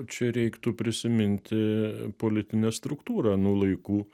čia reiktų prisiminti politinę struktūrą anų laikų